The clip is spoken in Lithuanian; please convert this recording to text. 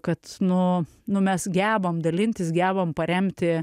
kad nu nu mes gebam dalintis gebam paremti